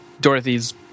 Dorothy's